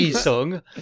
song